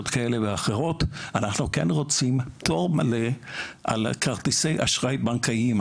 אחרות אנחנו רוצים פטור מלא על כרטיסי אשראי בנקאיים.